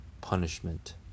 punishment